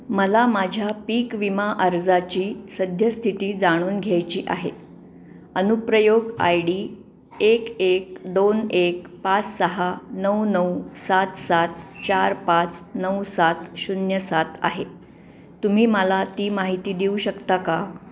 मला माझ्या पीक विमा अर्जाची सद्यस्थिती जाणून घ्यायची आहे अनुप्रयोग आय डी एक एक दोन एक पाच सहा नऊ नऊ सात सात चार पाच नऊ सात शून्य सात आहे तुम्ही मला ती माहिती देऊ शकता का